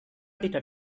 tidak